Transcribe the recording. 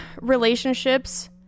relationships